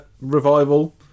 Revival